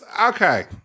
Okay